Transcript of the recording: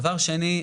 דבר שני,